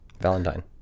Valentine